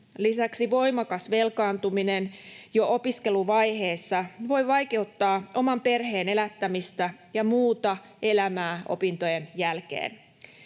Lisäksi voimakas velkaantuminen jo opiskeluvaiheessa voi vaikeuttaa oman perheen elättämistä ja muuta elämää opintojen jälkeen.